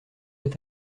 est